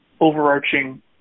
overarching